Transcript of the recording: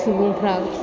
सुबुंफ्रा